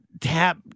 tap